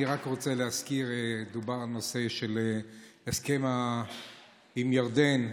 אני רק רוצה להזכיר: דובר על הנושא של ההסכם עם ירדן.